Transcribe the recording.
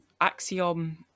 Axiom